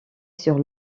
sur